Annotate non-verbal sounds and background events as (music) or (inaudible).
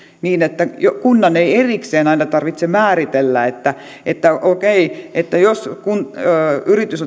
niin että kunnan ei erikseen aina tarvitse määritellä että että okei jos yritys (unintelligible)